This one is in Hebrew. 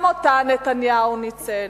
גם אותה נתניהו ניצל.